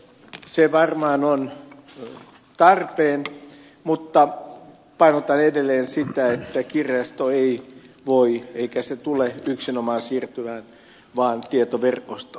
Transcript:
se varmaan on tarpeen mutta painotan edelleen sitä että kirjasto ei voi siirtyä eikä se tule yksinomaan siirtymään vain tietoverkostoon